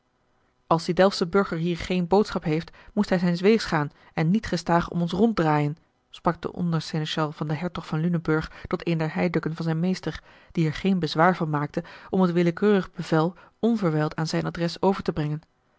als die delftsche burger hier geene boodschap heeft moest hij zijns weegs gaan en niet gestaâg om ons rond draaien sprak de ondersénéchal van den hertog van lunenburg tot een der heidukken van zijn meester die er geen bezwaar van maakte om het willekeurig bevel onverwijld aan zijn adres over te brengen